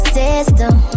system